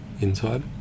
inside